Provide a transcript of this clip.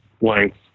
length